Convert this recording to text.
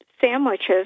sandwiches